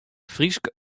frysk